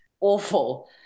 awful